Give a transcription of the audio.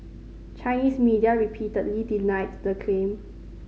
Chinese media repeatedly denied the claim